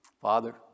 Father